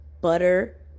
butter